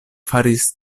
faris